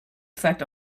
effect